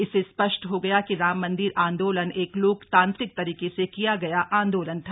इससे स्पष्ट हो गया कि राम मंदिर आंदोलन एक लोकतांत्रिक तरीके से किया गया आंदोलन था